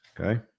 okay